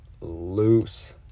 loose